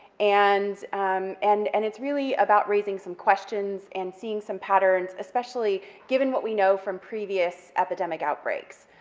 and and and it's really about raising some questions and seeing some patterns, especially given what we know from previous epidemic outbreaks.